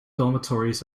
dormitories